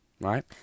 Right